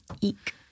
Eek